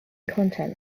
content